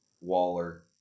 Waller